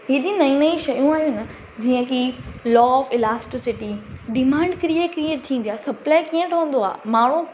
हेॾी नईं नईं शयूं आहिनि जीअं की law of elasticity demand create कीअं थींदी आहे सप्लाए कीअं ठहंदो आहे माण्हू